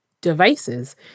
Devices